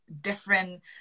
different